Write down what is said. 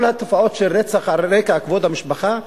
כל התופעות של רצח על רקע כבוד המשפחה,